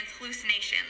hallucinations